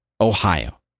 Ohio